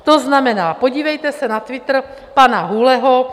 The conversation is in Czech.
To znamená, podívejte se na Twitter pane Hůleho.